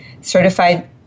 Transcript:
Certified